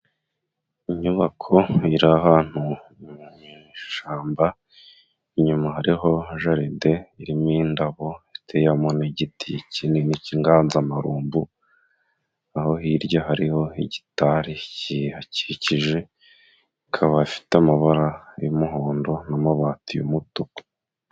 Inyubako ahantu mu ishyamba, inyuma hariho jaride irimo indabo，iteyemo igiti kinini cy’inganzamarumbu，naho hirya hariho igitari kihakikije， ikaba ifite amabara y’umuhondo n'amabati y’umutuku.